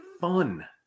fun